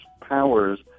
powers